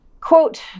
Quote